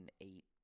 eight